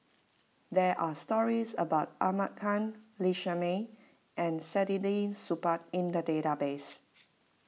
there are stories about Ahmad Khan Lee Shermay and Saktiandi Supaat in the database